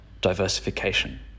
diversification